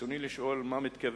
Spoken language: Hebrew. רצוני לשאול: 1. מה מתכוון